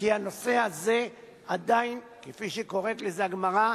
כי הנושא הזה עדיין, כפי שקוראת לזה הגמרא,